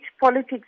politics